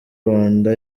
rwanda